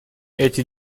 эти